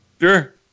Sure